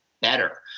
better